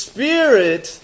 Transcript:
Spirit